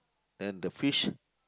then the fish